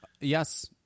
Yes